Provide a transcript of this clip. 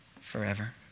forever